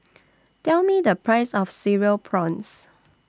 Tell Me The Price of Cereal Prawns